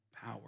power